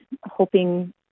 hoping